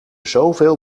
zoveel